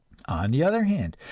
on the other hand,